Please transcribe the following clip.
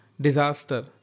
Disaster